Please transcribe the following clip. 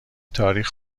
تاریخ